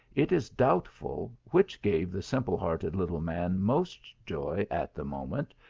it is doubtful which gave the simple-hearted little man most joy at the moment,